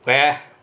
where